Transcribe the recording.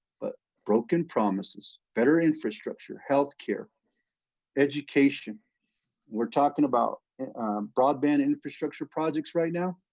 but broken promises. better infrastructure. healthcare education we're talking about broadband infrastructure projects right now?